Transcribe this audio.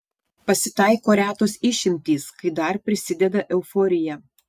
pasitaiko retos išimtys kai dar prisideda euforija